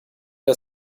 der